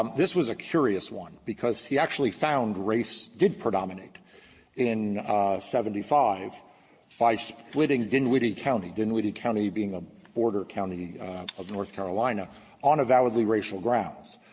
um this was a curious one, because he actually found race did predominate in seventy five by splitting dinwiddie county dinwiddie county being a border county of north carolina on a validly racial grounds,